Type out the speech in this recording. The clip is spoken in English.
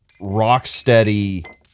Rocksteady